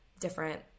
Different